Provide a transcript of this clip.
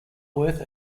worth